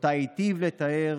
שאותה היטיב לתאר